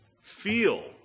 feel